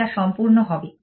এটা সম্পূর্ণ হবে